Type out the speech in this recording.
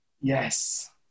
yes